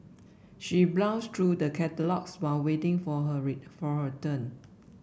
she browsed through the catalogues while waiting for her for her turn